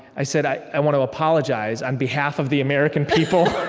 i said, i i want to apologize on behalf of the american people.